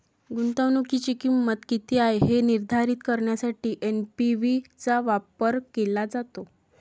गुंतवणुकीची किंमत किती आहे हे निर्धारित करण्यासाठी एन.पी.वी चा वापर केला जातो